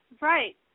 Right